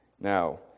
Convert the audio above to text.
Now